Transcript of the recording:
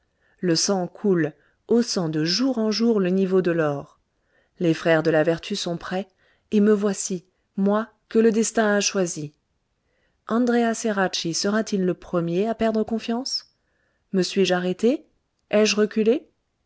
le sang coule haussant de jour en jour le niveau de l'or les frères de la vertu sont prêts et me voici moi que le destin a choisie andréa ceracchi sera-t-il le premier à perdre confiance me suis-je arrêtée ai-je reculé